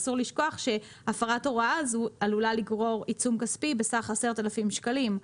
אסור לשכוח שהפרת הוראה זאת עלולה לגרור עיצום כספי בסך 10,000 שקלים.